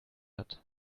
hat